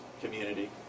community